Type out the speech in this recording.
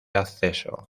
acceso